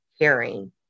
caring